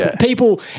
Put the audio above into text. people